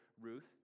ruth